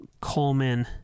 Coleman